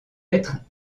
êtres